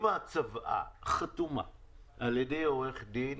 אם הצוואה חתומה על ידי עורך דין